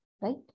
right